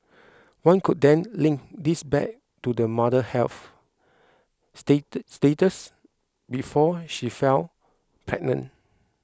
one could then link this back to the mother's health state status before she fell pregnant